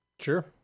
Sure